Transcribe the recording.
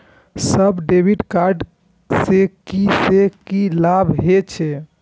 Sir debit card से की से की लाभ हे छे?